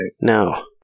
No